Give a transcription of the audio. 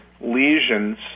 lesions